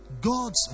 God's